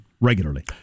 regularly